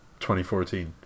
2014